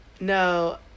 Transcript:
No